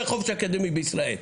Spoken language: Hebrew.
זה חופש אקדמי בישראל.